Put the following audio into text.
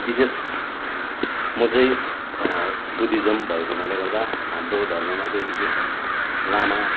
विशेष म चाहिँ बुध्दिज्म भएको हुनाले गर्दा हाम्रो धर्ममा चाहिँ विशेष लामा